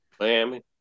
Miami